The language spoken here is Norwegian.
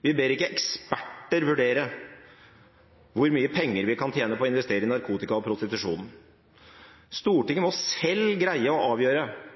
Vi ber ikke eksperter vurdere hvor mye penger vi kan tjene på å investere i narkotika og prostitusjon. Stortinget må selv greie å avgjøre